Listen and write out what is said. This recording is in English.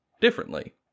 differently